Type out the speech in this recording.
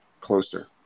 closer